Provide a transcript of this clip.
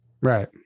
right